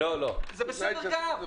זה גם בסדר.